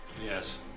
Yes